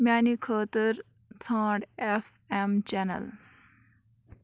میٛانہِ خٲطٕر ژھانٛڈ اٮ۪ف اٮ۪م چَنَل